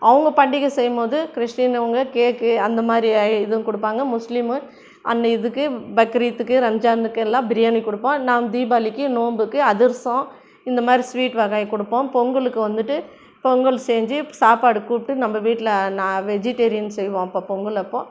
அவங்க பண்டிகை செய்யும் போது கிறிஸ்டின் அவங்க கேக்கு அந்த மாதிரி எதுவும் கொடுப்பாங்க முஸ்லீமு அந்த இதுக்கு பக்ரீத்துக்கு ரம்ஜானுக்கு எல்லாம் பிரியாணி கொடுப்போம் நான் தீபாளிக்கி நோம்புக்கு அதிர்சோம் இந்த மாதிரி ஸ்வீட் வகை கொடுப்போம் பொங்கலுக்கு வந்துட்டு பொங்கல் செஞ்சு சாப்பாடு கூப்பிட்டு நம்ம வீட்டில் நான் வெஜிடேரியன் செய்வோம் அப்போது பொங்கல் அப்போது